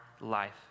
life